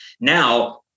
Now